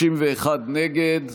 61 נגד.